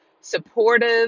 supportive